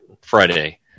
Friday